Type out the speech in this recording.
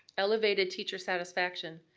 elevated teacher satisfaction,